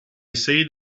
said